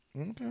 Okay